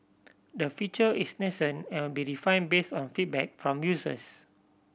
the feature is nascent and will be refined based on feedback from users